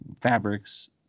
fabrics